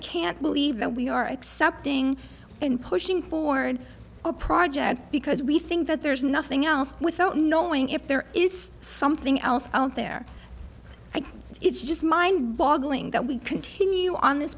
can't believe that we are accepting and pushing forward a project because we think that there's nothing else without knowing if there is something else out there it's just mind boggling that we continue on this